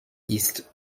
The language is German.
ist